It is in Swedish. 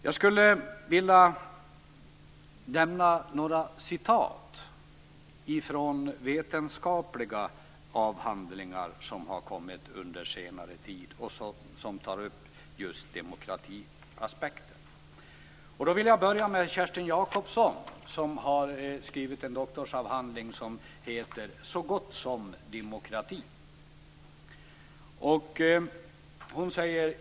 Jag skulle vilja referera några vetenskapliga avhandlingar som ha lagts fram under senare tid där man tar upp just demokratiaspekten. Jag skall börja med Kerstin Jacobsson som har skrivit en doktorsavhandling som heter Så gott som demokrati.